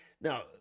Now